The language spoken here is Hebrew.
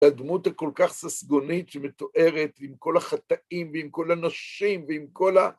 הדמות הכל כך ססגונית שמתוארת עם כל החטאים, ועם כל הנשים, ועם כל ה...